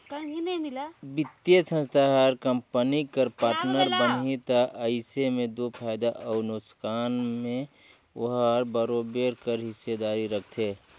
बित्तीय संस्था हर कंपनी कर पार्टनर बनही ता अइसे में दो फयदा अउ नोसकान में ओहर बरोबेर कर हिस्सादारी रखथे